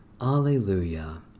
Alleluia